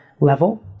level